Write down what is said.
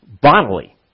bodily